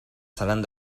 seran